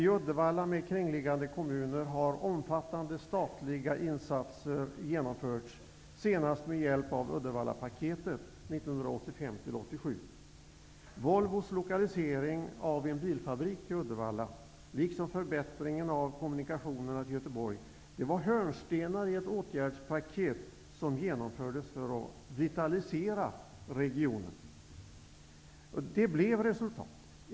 I Uddevalla med kringliggande kommuner har omfattande statliga insatser genomförts, senast med hjälp av Uddevallapaketet 1985--1987. Volvos lokalisering av en bilfabrik till Uddevalla liksom förbättringen av kommunikationerna till Göteborg var hörnstenar i ett åtgärdspaket som genomfördes för att vitalisera regionen. Det blev resultat.